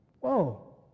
Whoa